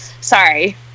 Sorry